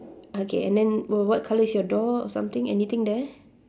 okay and then wh~ what colour is your door something anything there